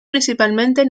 principalmente